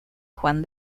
juan